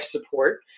support